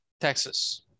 Texas